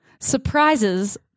Surprises